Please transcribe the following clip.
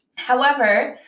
however,